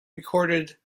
recorded